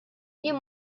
jien